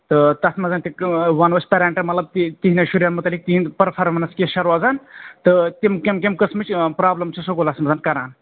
تہٕ تَتھ منٛز تہِ وَنو أسۍ پیرَنٹَن مَطلَب کہِ تِہٕنٛدیٚن شُریٚن مُتَعلِق تِہٕنٛدۍ پٔرفارمیٚنٕس کِژ چھِ روزان تہٕ تِم کمہِ کمہِ قٕسمٕچ پَرٛابلِم چھِ سکوٗلس منٛز کَران